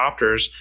adopters